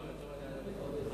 נכון.